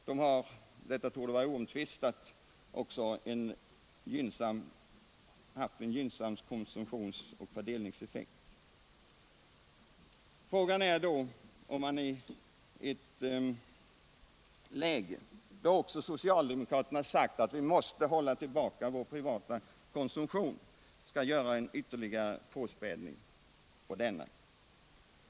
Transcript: De har — detta torde vara oomtvistat — också haft en gynnsam konsumtionsoch fördelningseffekt. Frågan är ändå om man i ett läge då också socialdemokraterna sagt att vi måste hålla tillbaka vår privata konsumtion skall medverka till en ytterligare påspädning av densamma.